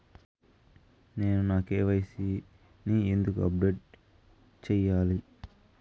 నేను నా కె.వై.సి ని ఎందుకు అప్డేట్ చెయ్యాలి?